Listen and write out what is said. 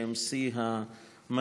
שהם שיא המשבר.